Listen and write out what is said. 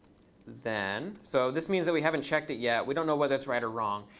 then so this means that we haven't checked it yet. we don't know whether it's right or wrong.